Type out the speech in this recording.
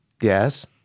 Yes